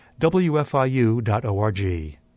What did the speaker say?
wfiu.org